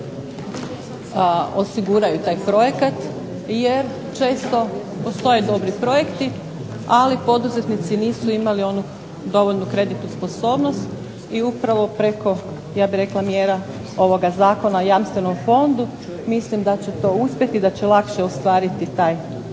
osiguraju taj projekat, jer često postoje dobri projekti, ali poduzetnici nisu imali onu dovoljnu kreditnu sposobnost i upravo preko mjera ovog Zakona o Jamstvenom fondu mislim da će to uspjeti i da će lakše ostvariti taj kredit.